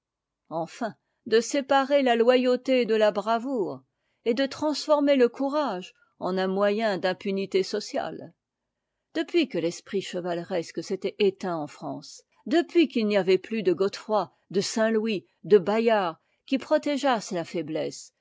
enfin de séparer la loyauté de la bravoure et de transformer le courage en un moyen d'impunité sociale depuis que l'esprit chevaleresque s'était éteint en france depuis qu'il n'y avait plus de godefroi de saint ïjouis de bayard qui protégeassent la faiblesse